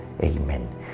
Amen